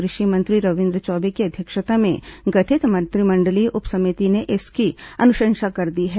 कृषि मंत्री रविन्द्र चौबे की अध्यक्षता में गठित मंत्रिमंडलीय उप समिति ने इसकी अनुशंसा कर दी है